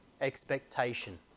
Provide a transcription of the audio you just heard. expectation